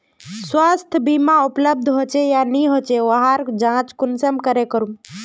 स्वास्थ्य बीमा उपलब्ध होचे या नी होचे वहार जाँच कुंसम करे करूम?